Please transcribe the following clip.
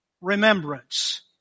remembrance